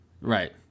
Right